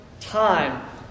time